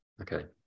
okay